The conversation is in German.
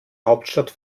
hauptstadt